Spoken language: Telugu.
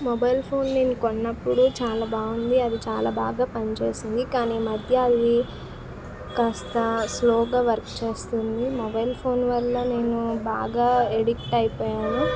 మొబైల్ ఫోన్ నేను కొన్నపుడు చాలా బాగుంది అది చాలా బాగా పనిచేసింది కానీ ఈ మధ్య అది కాస్త స్లోగా వర్క్ చేస్తోంది మొబైల్ ఫోన్ వల్ల నేను బాగా అడిక్ట్ అయిపోయాను